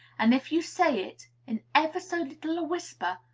and if you say it, in ever so little a whisper,